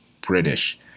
British